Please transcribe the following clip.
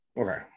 Okay